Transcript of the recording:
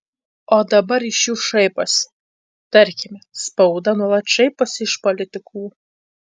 o dabar iš jų šaiposi tarkime spauda nuolat šaiposi iš politikų